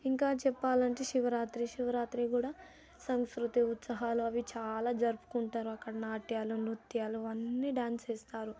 ఇంకా చెప్పాలంటే శివరాత్రి శివరాత్రి కూడా సంస్కృతి ఉత్సవాలు అవీ చాలా జరుపుకుంటారు అక్కడ నాట్యాలు నృత్యాలు అన్నీ డాన్స్ వేస్తారు